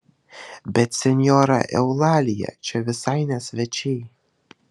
bet senjora eulalija čia visai ne svečiai